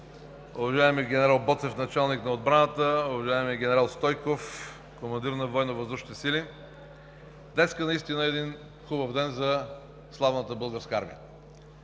Днес наистина е един хубав ден за славната Българска армия